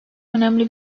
önemli